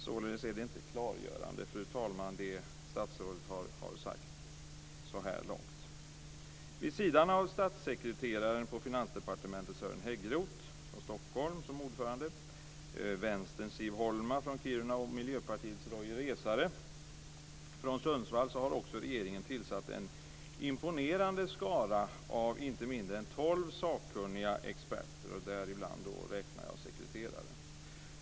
Således är det inte klargörande, fru talman, det statsrådet har sagt så här långt. Vid sidan av statssekreteraren på Finansdepartementet Sören Häggroth från Stockholm, som är ordförande, Vänsterns Siw Holma från Kiruna och Miljöpartiets Roy Resare från Sundsvall har också regeringen tillsatt en imponerande skara av inte mindre än tolv sakkunniga experter. Bland dem räknar jag då sekreteraren.